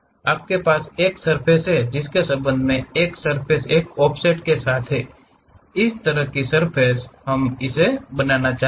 आपके पास एक सर्फ़ेस है जिसके संबंध में एक सर्फ़ेस एक ऑफसेट के साथ है इसी तरह की सर्फ़ेस हम इसे बनाना चाहते हैं